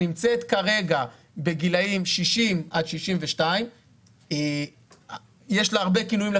כרגע היא בגיל 60 עד 62. לקבוצה הזאת יש הרבה כינויים.